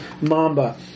Mamba